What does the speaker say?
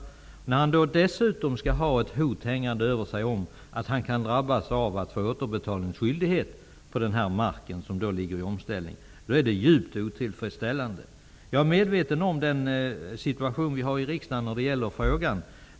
Det är dessutom djupt otillfredsställande när han har ett hot hängande över sig om att drabbas av återbetalningsskyldighet på denna mark som ligger i omställning. Jag är medveten om den situation som råder i riksdagen i denna fråga.